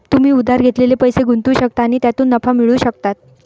तुम्ही उधार घेतलेले पैसे गुंतवू शकता आणि त्यातून नफा मिळवू शकता